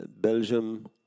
Belgium